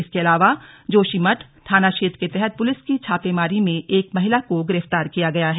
इसके अलावा जोशीमठ थाना क्षेत्र के तहत पुलिस की छापेमारी में एक महिला को गिरफ्तार किया गया है